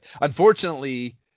Unfortunately